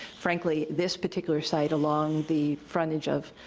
frankly, this particular site along the frontage of